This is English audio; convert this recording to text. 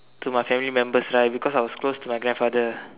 to my family members right because I was close to my grandfather